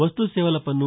వస్తు సేవల పన్ను